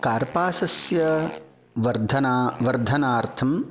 कार्पासस्य वर्धन वर्धनार्थं